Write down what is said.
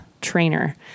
Trainer